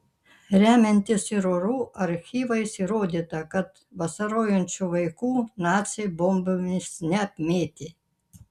remiantis ir orų archyvais įrodyta kad vasarojančių vaikų naciai bombomis neapmėtė